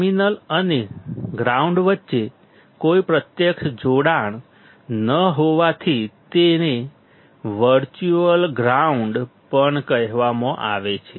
terminal અને ground વચ્ચે કોઈ પ્રત્યક્ષ જોડાણ ન હોવાથી તેને વર્ચ્યુઅલ ગ્રાઉન્ડ પણ કહેવામાં આવે છે